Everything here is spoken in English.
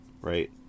right